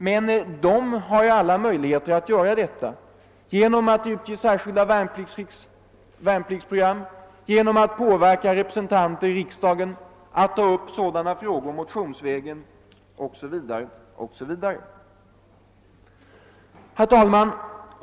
Men de har alla möjligheter att göra detta genom att utge särskilda värnpliktsprogram, genom att påverka representanter i riksdagen att ta upp sådana frågor motionsvägen osv. Herr talman!